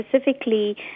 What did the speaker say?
specifically